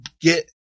get